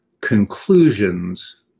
conclusions